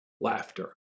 laughter